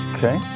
Okay